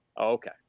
Okay